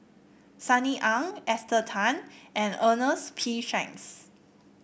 Sunny Ang Esther Tan and Ernest P Shanks